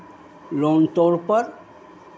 loan तौर पर